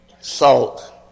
salt